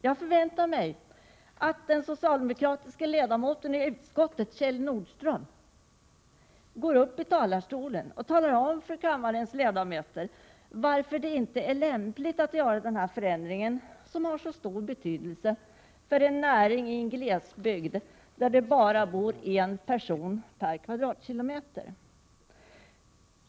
Jag förväntar mig att den socialdemokratiska ledamoten i utskottet Kjell Nordström går upp i talarstolen och talar om för kammarens ledamöter varför det inte är lämpligt att göra denna förändring, som har så stor betydelse för en näring i en glesbygd där det bara bor en person per kvadratkilometer.